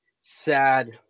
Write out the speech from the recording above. sad